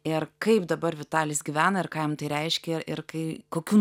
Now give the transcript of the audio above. ir kaip dabar vitalis gyvena ir ką jam tai reiškia ir kai kokių